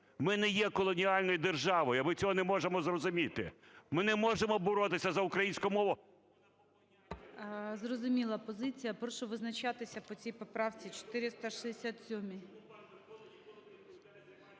Ми не є колоніальною державою, ми цього не можемо зрозуміти, ми не можемо боротися за українську мову…